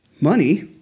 Money